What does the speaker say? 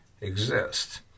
exist